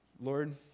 Lord